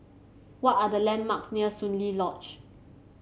what are the landmarks near Soon Lee Lodge